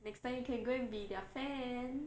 next time you can go and be their fan